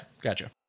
gotcha